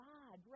God